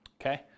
okay